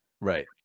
Right